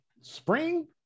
Spring